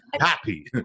happy